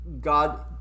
God